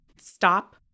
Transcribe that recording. stop